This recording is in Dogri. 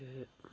ते